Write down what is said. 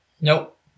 Nope